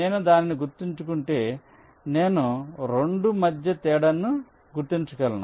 నేను దానిని గుర్తుంచుకుంటే నేను 2 మధ్య తేడాను గుర్తించగలను